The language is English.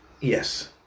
Yes